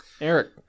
eric